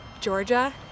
Georgia